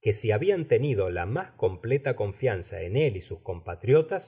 que si ha bian tenido la mas completa confianza eu él y sus compatriotas